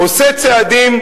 עושה צעדים,